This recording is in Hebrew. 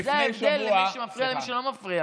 זה ההבדל בין מי שמפריע למי שלא מפריע.